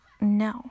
no